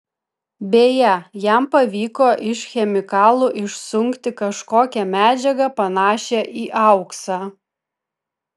beje jam pavyko iš chemikalų išsunkti kažkokią medžiagą panašią į auksą